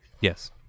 Yes